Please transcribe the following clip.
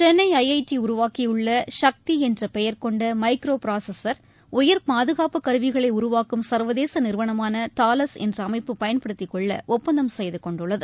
Chennai I T உருவாக்கியுள்ள சக்தி என்ற பெயர் கொண்ட மைக்ரோப்ராசசர் உயர் பாதுகாப்பு கருவிகளை உருவாக்கும் சர்வதேச நிறுவனமான தாலஸ் என்ற அமைப்பு பயன்படுத்திக்கொள்ள ஒப்பந்தம் செய்துகொண்டுள்ளது